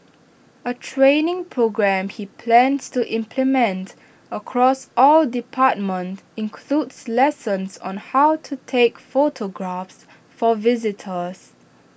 A training programme he plans to implement across all departments includes lessons on how to take photographs for visitors